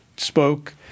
Spoke